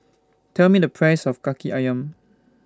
Tell Me The Price of Kaki Ayam